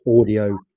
audio